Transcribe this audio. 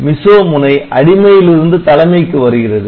MISO முனை அடிமையிலிருந்து தலைமைக்கு வருகிறது